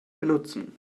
benutzen